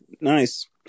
nice